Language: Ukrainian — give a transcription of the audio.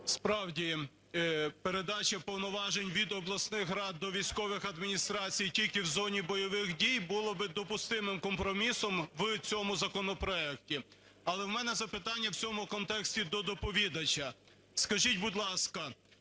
Справді передача повноважень від обласних рад до військових адміністрацій тільки в зоні бойових дій було би допустимим компромісом в цьому законопроекті. Але в мене запитання в цьому контексті до доповідача. Скажіть, будь ласка,